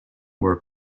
were